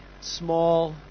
small